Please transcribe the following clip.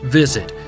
visit